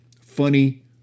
funny